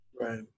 Right